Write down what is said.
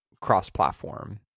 cross-platform